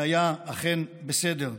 ואכן היה בסדר.